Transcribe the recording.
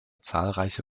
zahlreiche